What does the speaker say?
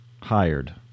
hired